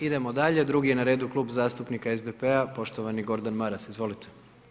Idemo dalje, drugi je na redu Klub zastupnika SDP-a i poštovani Gordan Maras, izvolite.